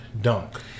dunk